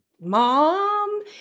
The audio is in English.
mom